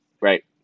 right